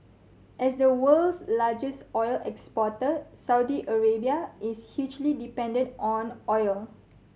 as the world's largest oil exporter Saudi Arabia is hugely dependent on oil